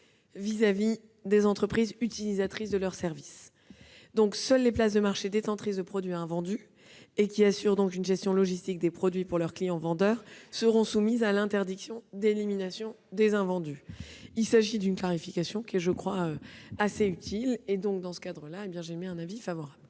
vis-à-vis des entreprises utilisatrices de leurs services. Seules les places de marché détentrices de produits invendus qui assurent une gestion logistique des produits pour leurs clients vendeurs seront soumises à l'interdiction d'élimination des invendus. Il s'agit d'une clarification utile à laquelle je suis favorable.